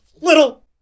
little